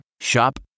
Shop